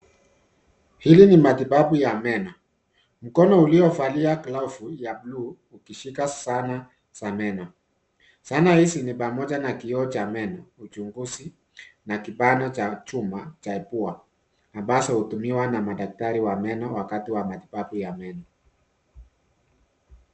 Hili ni matibabu ya meno. Mkono uliovalia glovu ya blue ukishika zana za meno. Zana hizi ni pamoja na kioo cha meno, uchunguzi, na kibano cha chuma cha pua, ambazo hutumiwa na madaktari wa meno wakati wa matibabu ya meno.